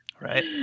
Right